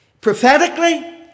Prophetically